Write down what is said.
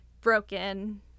broken